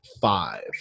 five